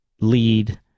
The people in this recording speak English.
lead